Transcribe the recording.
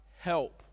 help